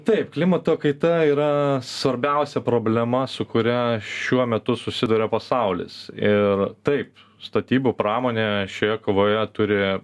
taip klimato kaita yra svarbiausia problema su kuria šiuo metu susiduria pasaulis ir taip statybų pramonė šioje kovoje turi